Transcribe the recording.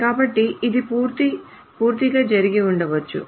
కాబట్టి ఇది పూర్తిగా జరిగి ఉండవచ్చు